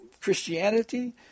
Christianity